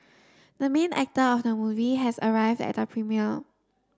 the main actor of the movie has arrived at the premiere